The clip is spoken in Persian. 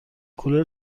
کولر